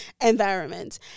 environment